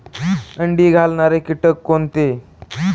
अंडी घालणारे किटक कोणते?